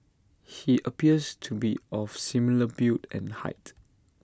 he appears to be of similar build and height